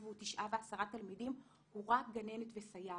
והוא תשעה ועשרה תלמידים הוא רק גננת וסייעת.